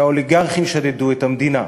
שהאוליגרכים שדדו את המדינה,